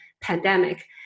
pandemic